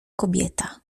kobieta